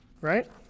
Right